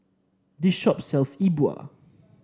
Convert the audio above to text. this shop sells E Bua